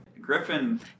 Griffin